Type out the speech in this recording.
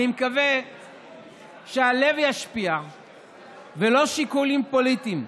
אני מקווה שהלב ישפיע ולא שיקולים פוליטיים.